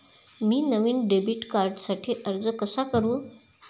मी नवीन डेबिट कार्डसाठी अर्ज कसा करू?